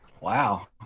Wow